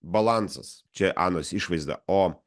balansas čia anos išvaizda o